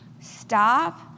stop